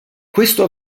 questo